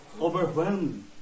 overwhelmed